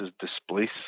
displace